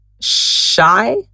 shy